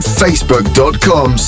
facebook.com